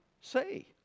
say